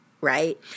right